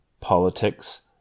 politics